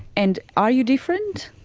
and are you different?